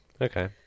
okay